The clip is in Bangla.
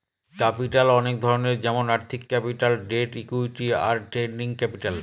ক্যাপিটাল অনেক ধরনের যেমন আর্থিক ক্যাপিটাল, ডেট, ইকুইটি, আর ট্রেডিং ক্যাপিটাল